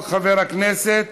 חבר הכנסת